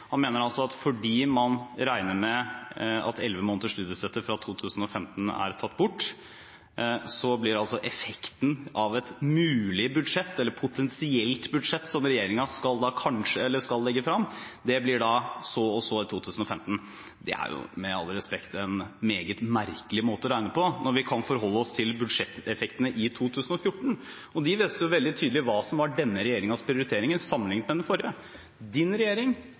Han mener altså at fordi man regner med at 11 måneders studiestøtte fra 2015 er tatt bort, blir effekten av et potensielt budsjett som regjeringen skal legge frem, sånn og sånn i 2015. Det er – med all respekt – en meget merkelig måte å regne på, når vi kan forholde oss til budsjetteffektene i 2014. De viser veldig tydelig hva som er denne regjeringens prioriteringer sammenliknet med den forrige. Representantens regjering